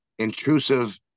intrusive